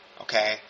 Okay